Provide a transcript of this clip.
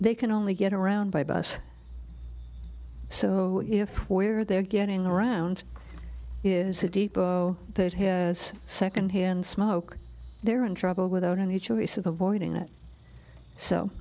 they can only get around by bus so if where they're getting around is a depot that has secondhand smoke they're in trouble without any choice of avoiding it so